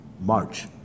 March